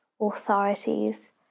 authorities